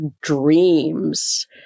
dreams